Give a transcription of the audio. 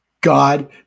God